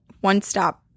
one-stop